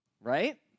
Right